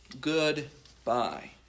goodbye